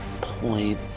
point